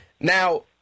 Now